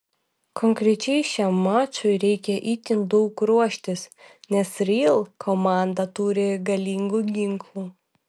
konkrečiai šiam mačui reikia itin daug ruoštis nes real komanda turi galingų ginklų